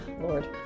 Lord